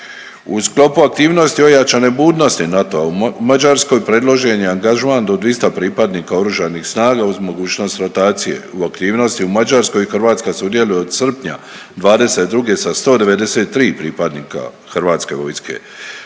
U sklopu aktivnosti ojačane budnosti NATO-a u Mađarskoj predložen je angažman do 200 pripadnika Oružanih snaga uz mogućnost rotacije. U aktivnosti u Mađarskoj Hrvatska sudjeluje od srpnja '22. sa 193 pripadnika HV-a.